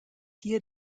hier